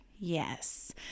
Yes